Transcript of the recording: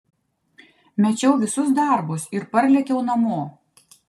mečiau visus darbus ir parlėkiau namo